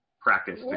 practice